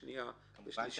שנייה ושלישית,